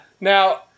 now